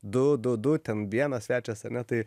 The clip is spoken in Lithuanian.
du du du ten vienas svečias ane tai